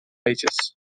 ages